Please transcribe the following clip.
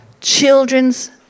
Children's